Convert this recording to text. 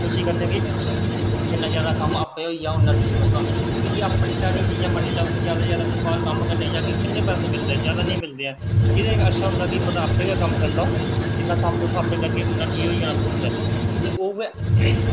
कोशिश करने की जिन्ना जादै कम्म आपें होई जा उन्ना ठीक रौहंदा की के अपनी साढ़ी जियां मन्नी लैओ कि बाहर कम्म करने गी जाह्गे किन्नै पैसे मिलगे जादा नेईं मिलदे हैन एह्दे कोला अच्छा होंदा की आपें गै कम्म करी लैओ जिन्ना कम्म तुस आपें करगे उन्ना कम्म ठीक होई जाना थुआढ़े आस्तै ते उऐ